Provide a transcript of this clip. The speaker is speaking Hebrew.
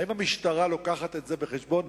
האם המשטרה מביאה את זה בחשבון,